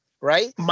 right